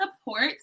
support